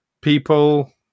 people